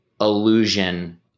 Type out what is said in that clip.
illusion